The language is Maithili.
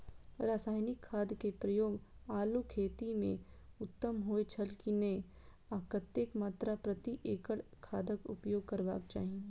रासायनिक खाद के प्रयोग आलू खेती में उत्तम होय छल की नेय आ कतेक मात्रा प्रति एकड़ खादक उपयोग करबाक चाहि?